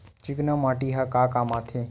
चिकना माटी ह का काम आथे?